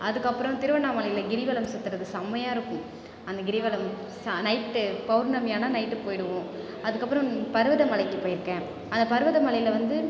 அதுக்கப்புறம் திருவண்ணாமலைல கிரிவலம் சுத்துறது சம்மையாக இருக்கும் அந்த கிரிவலம் சா நைட்டு பௌர்ணமி ஆனால் நைட்டு போயிடுவோம் அதுக்கப்புறம் பர்வத மலைக்கு போயிருக்கன் அந்த பர்வத மலையில் வந்து